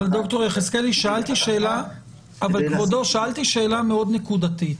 אבל, ד"ר יחזקאל, שאלתי שאלה מאוד נקודתית.